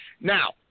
Now